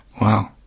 Wow